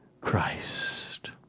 Christ